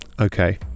okay